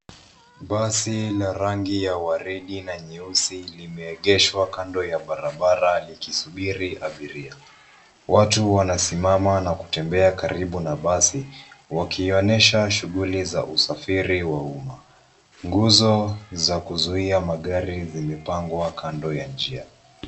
Basi la rangi ya waridi na nyeusi limeegeshwa kando ya barabara likisubiri abiria. Watu wanasimama na kutembea karibu na basi wakionyesha shughuli za usafiri wa umma. Nguzo za kuzuia magari zimepangwa kando ya njia.